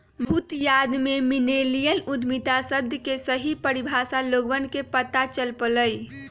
बहुत बाद में मिल्लेनियल उद्यमिता शब्द के सही परिभाषा लोगवन के पता चल पईलय